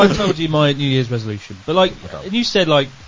um told you my new year's resolution, but like and you said, like,